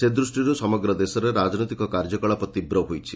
ସେ ଦୃଷ୍ଟିରୁ ସମଗ୍ର ଦେଶରେ ରାଜନୈତିକ କାର୍ଯ୍ୟକଳାପ ତୀବ୍ର ହୋଇଛି